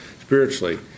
spiritually